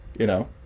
you know?